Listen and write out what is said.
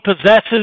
possesses